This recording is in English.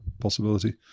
possibility